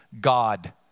god